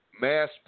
Mass